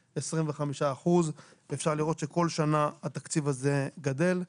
25%. אפשר לראות שכל שנה התקציב הזה גדל.